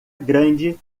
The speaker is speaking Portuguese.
grande